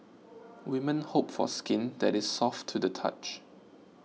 women hope for skin that is soft to the touch